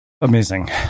Amazing